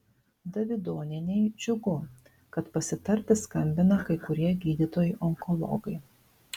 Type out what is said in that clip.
davidonienei džiugu kad pasitarti skambina kai kurie gydytojai onkologai